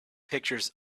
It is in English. pictures